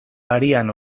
arian